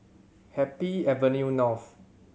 Happy Avenue North